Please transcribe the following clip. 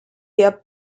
their